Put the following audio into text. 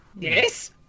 Yes